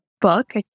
book